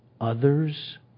others